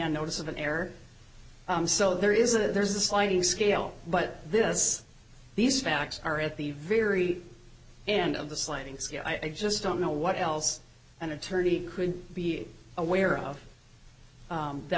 on notice of an error so there is a there's a sliding scale but this these facts are at the very end of the sliding scale i just don't know what else an attorney could be aware of that